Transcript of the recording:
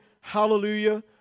Hallelujah